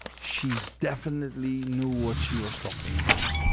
she definitely knew what she was talking about